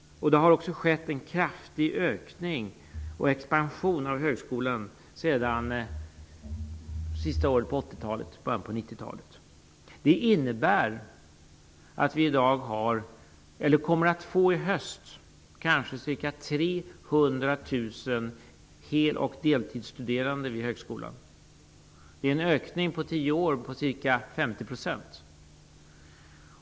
Det har också skett en kraftig ökning och expansion av högskolan sedan slutet av 80-talet och början av 90-talet. Det innebär att vi i höst kommer att få ca 300 000 hel eller deltidsstuderande vid högskolan. Det är en ökning under tio år med ca 50 %.